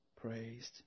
praised